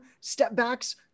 step-backs